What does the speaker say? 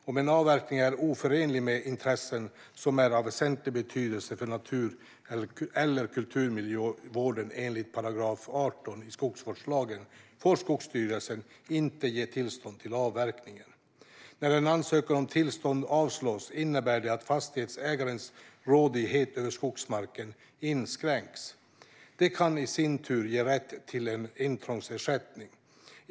Om en avverkning är oförenlig med intressen som är av väsentlig betydelse för natur eller kulturmiljövården enligt 18 § skogsvårdslagen får Skogsstyrelsen inte ge tillstånd till avverkningen. När en ansökan om tillstånd avslås innebär det att fastighetsägarens rådighet över skogsmarken inskränks. Det kan i sin tur ge rätt till en intrångsersättning.